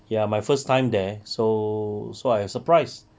ya my first time there so so I surprised